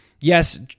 Yes